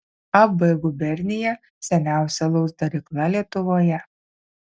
ab gubernija seniausia alaus darykla lietuvoje